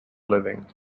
living